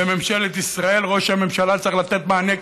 ממשלת ישראל וראש הממשלה, צריכים לתת מענה.